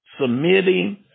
submitting